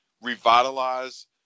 Revitalize